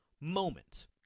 moment